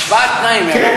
כן,